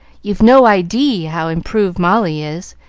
you've no idee how improved molly is.